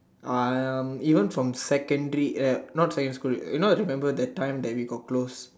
um even from secondary eh not secondary school you know remember that time that we got close